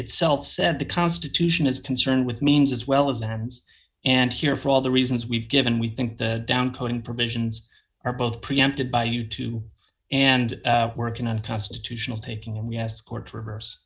itself said the constitution is concerned with means as well as it happens and here for all the reasons we've given we think the down coding provisions are both preempted by u two and working on constitutional taking in u s courts reverse